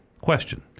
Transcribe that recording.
Question